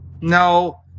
no